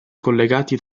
collegati